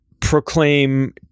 proclaim